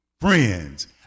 friends